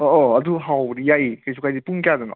ꯑꯣ ꯑꯣ ꯑꯗꯨ ꯍꯥꯎꯕꯅꯦ ꯌꯥꯏꯌꯦ ꯀꯩꯁꯨ ꯀꯥꯏꯗꯦ ꯄꯨꯡ ꯀꯌꯥꯗꯅꯣ